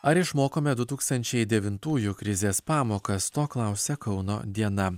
ar išmokome du tūkstančiai devintųjų krizės pamokas to klausia kauno diena